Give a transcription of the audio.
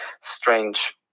strange